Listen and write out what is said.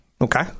Okay